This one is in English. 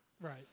Right